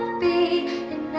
be